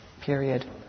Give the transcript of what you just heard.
period